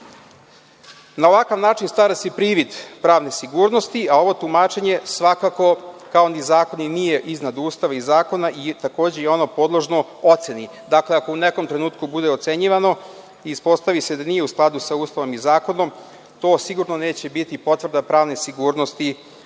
ovakav način stvara se privid pravne sigurnosti, a ovo tumačenje svakako, kao ni zakoni, nije iznad Ustava i zakona i takođe je i ono podložno oceni. Dakle, ako u nekom trenutku budu ocenjivano i ispostavi se da nije u skladu sa Ustavom i zakonom, to sigurno neće biti potvrda pravne sigurnosti